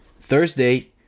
Thursday